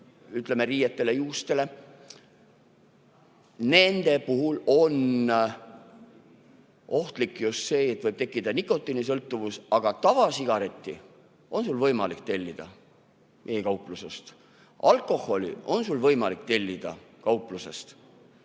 haisu riietele-juustele, on ohtlik just see, et võib tekkida nikotiinisõltuvus. Aga tavasigaretti on sul võimalik tellida e‑kauplusest, alkoholi on sul võimalik tellida e-kauplusest.